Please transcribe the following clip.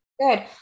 Good